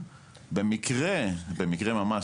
במקרה ממש,